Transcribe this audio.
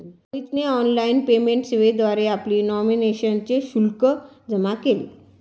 रोहितने online payment सेवेद्वारे आपली नॉमिनेशनचे शुल्क जमा केले